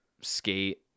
skate